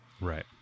right